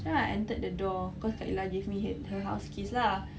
then I entered the door cause kak ella gave me her her house keys lah